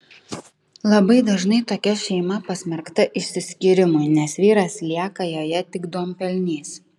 labai dažnai tokia šeima pasmerkta išsiskyrimui nes vyras lieka joje tik duonpelnys